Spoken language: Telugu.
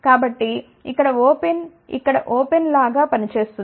కాబట్టి ఇక్కడ ఓపెన్ ఇక్కడ ఓపెన్ లాగా పని చేస్తుంది